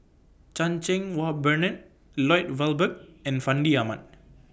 Chan Cheng Wah Bernard Lloyd Valberg and Fandi Ahmad